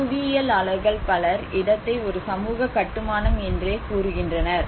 புவியியலாளர்கள் பலர் இடத்தை ஒரு சமூக கட்டுமானம் என்றே கூறுகின்றனர்